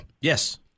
Yes